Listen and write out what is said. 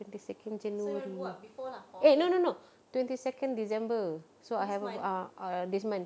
twenty second january eh no no no twenty second december so I haven't ah ah this month